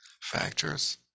factors